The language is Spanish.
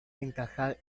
encajar